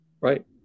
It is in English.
Right